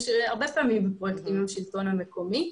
הרבה פעמים בפרויקטים עם השלטון המקומי.